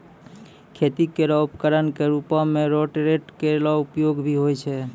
खेती केरो उपकरण क रूपों में रोटेटर केरो उपयोग भी होय छै